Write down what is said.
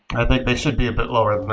i think they should be a bit lower than